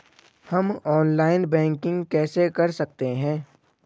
हम online banking कैसे कर सकते हैं?